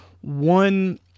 one